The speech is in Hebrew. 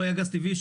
לא היה גז טבעי,